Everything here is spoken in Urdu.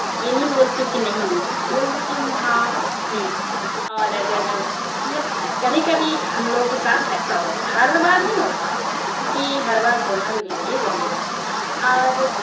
یہ نہیں بولتی ہوں کہ نہیں ہوں بول دیتی ہوں ہاں ہوں اور اگر مطلب کبھی کبھی ہم لوگوں کے ساتھ ایسا ہوتا ہے ہر بار نہیں ہوتا کیوں کہ ہر بار بولنا بھی نہیں چاہیے گندی بات ہے اور